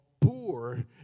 poor